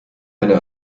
eine